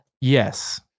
yes